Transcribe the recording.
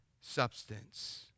substance